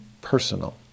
personal